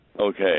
Okay